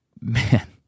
man